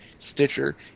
Stitcher